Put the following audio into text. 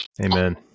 Amen